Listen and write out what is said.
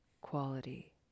quality